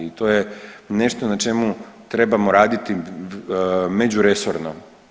I to je nešto na čemu trebamo raditi međuresorno.